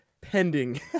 pending